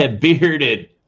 Bearded